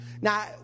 Now